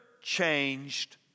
changed